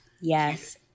Yes